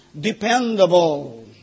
dependable